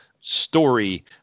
story